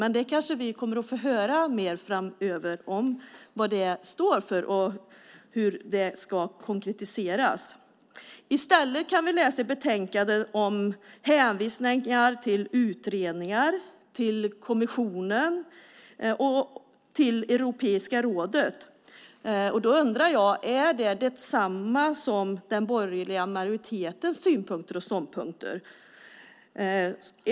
Men vi kommer kanske att få höra mer framöver om vad det står för och hur det ska konkretiseras. I stället kan vi i betänkandet läsa om hänvisningar till utredningar, till kommissionen och till Europeiska rådet. Då undrar jag: Är det detta som är den borgerliga majoritetens synpunkter och ståndpunkter?